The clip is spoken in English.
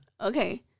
Okay